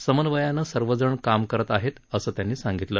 समन्वयानं सर्वजण करत अरत आहेत असं त्यांनी सांगितलं